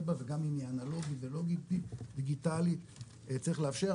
בה וגם אם היא אנלוגית ולא דיגיטלית צריך לאפשר.